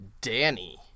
Danny